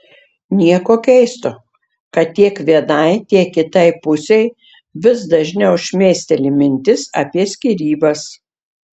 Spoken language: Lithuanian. nieko keisto kad tiek vienai tiek kitai pusei vis dažniau šmėsteli mintis apie skyrybas